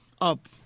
up